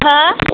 हो